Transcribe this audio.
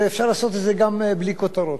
ואפשר לעשות את זה גם בלי כותרות.